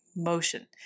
motion